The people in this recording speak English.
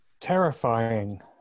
terrifying